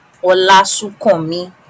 Olasukomi